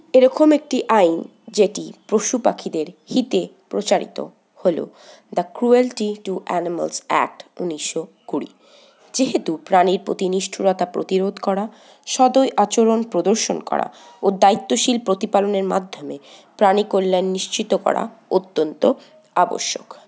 এরকম একটি আইন যেটি পশুপাখিদের হিতে প্রচারিত হলো the cruelty to animals act উনিশশো কুড়ি যেহেতু প্রাণীর প্রতি নিষ্ঠুরতা প্রতিরোধ করা সদয় আচরণ প্রদর্শন করা ও দায়িত্বশীল প্রতিপালনের মাধ্যমে প্রাণীকল্যাণ নিশ্চিত করা অত্যন্ত আবশ্যক